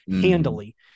handily